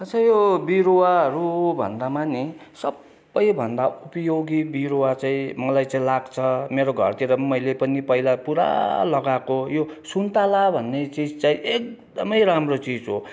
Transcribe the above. यसै यो बिरुवाहरू भन्दा पनि सबैभन्दा उपयोगी बिरुवा चाहिँ मलाई चाहिँ लाग्छ मेरो घरतिर मैले पनि पहिला पूरा लगाएको यो सुन्तला भन्ने चिज चाहिँ एकदमै राम्रो चिज हो